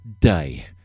day